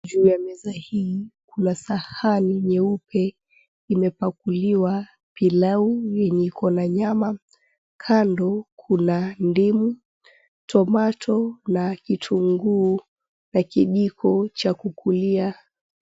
Juu ya meza hii kuna sahani nyeupe imepakuliwa pilau yenye iko na nyama. Kando kuna ndimu, tomato na kitunguu na kijiko cha kukulia.